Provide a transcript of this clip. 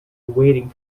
waiting